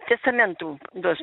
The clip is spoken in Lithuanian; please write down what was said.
testamentų duos